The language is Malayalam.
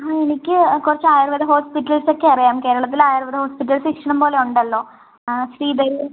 ആ എനിക്ക് കുറച്ച് ആയുർവേദ ഹോസ്പിറ്റൽസൊക്കെ അറിയാം കേരളത്തിൽ ആയുർവേദ ഹോസ്പിറ്റൽസ് ഇഷ്ടംപോലെ ഉണ്ടല്ലോ ആ ശ്രീധരി